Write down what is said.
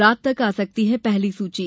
रात तक आ सकती है पहली सूची